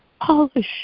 polish